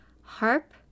harp